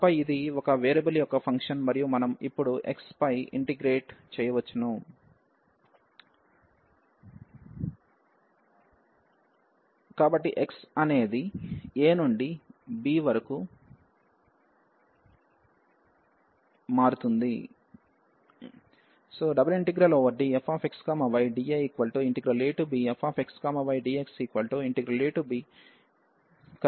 ఆపై ఇది ఒక వేరియబుల్ యొక్క ఫంక్షన్ మరియు మనం ఇప్పుడు x పైఇంటిగ్రేట్ చేయవచ్చు కాబట్టి x అనేది a నుండి b వరకు మారుతుంది